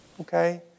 Okay